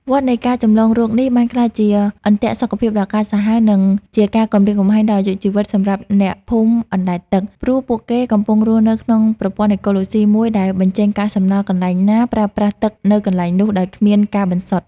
វដ្តនៃការចម្លងរោគនេះបានក្លាយជាអន្ទាក់សុខភាពដ៏កាចសាហាវ និងជាការគំរាមកំហែងដល់អាយុជីវិតសម្រាប់អ្នកភូមិអណ្តែតទឹក ព្រោះពួកគេកំពុងរស់នៅក្នុងប្រព័ន្ធអេកូឡូស៊ីមួយដែល បញ្ចេញកាកសំណល់កន្លែងណា ប្រើប្រាស់ទឹកនៅកន្លែងនោះ ដោយគ្មានការបន្សុទ្ធ។